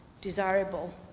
desirable